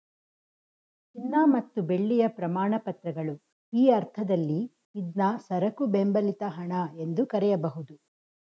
ಚಿನ್ನ ಮತ್ತು ಬೆಳ್ಳಿಯ ಪ್ರಮಾಣಪತ್ರಗಳು ಈ ಅರ್ಥದಲ್ಲಿ ಇದ್ನಾ ಸರಕು ಬೆಂಬಲಿತ ಹಣ ಎಂದು ಕರೆಯಬಹುದು